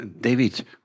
David